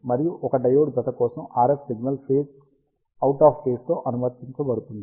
మరియు ఒక డయోడ్ జత కోసం RF signal phase out of phase తో అనువర్తించబడుతుంది